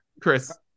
Chris